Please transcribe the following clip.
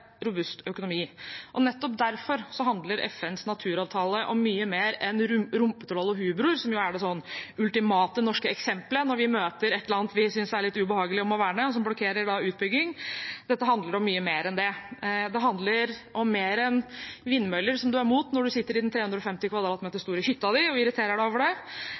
robust økonomi. Nettopp derfor handler FNs naturavtale om mye mer enn rumpetroll og hubroer, som jo er det ultimate norske eksemplet når vi møter et eller annet vi synes er litt ubehagelig, og må verne, og som blokkerer utbygging. Dette handler om mye mer enn det. Det handler om mer enn vindmøller, som man er imot når man sitter i den 350 kvadratmeter store hytta si og irriterer seg over